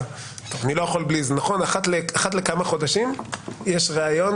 אחת לכמה חודשים יש ראיון